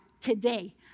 today